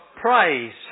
praise